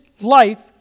life